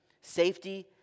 safety